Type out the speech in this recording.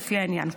לפי העניין.